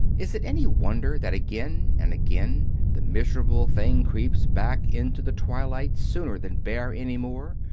is it any wonder that again and again the miserable thing creeps back into the twilight sooner than bear any more,